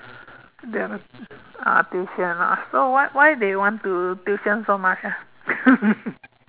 the other ah tuition ah so why why they want to tuition so much ah